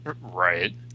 Right